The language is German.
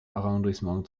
arrondissement